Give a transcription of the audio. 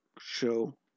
show